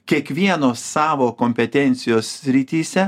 kiekvieno savo kompetencijos srityse